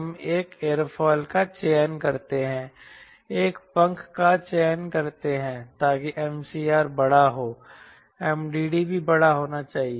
हम एक एयरोफिल का चयन करते हैं एक पंख का चयन करते हैं ताकि MCR बड़ा हो MDD भी बड़ा होना चाहिए